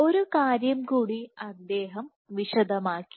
ഒരു കാര്യം കൂടി അദ്ദേഹം വിശദമാക്കി